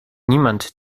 niemand